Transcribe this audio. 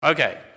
Okay